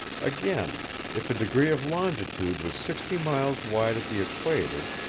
again if a degree of longitude was sixty miles wide at the equator,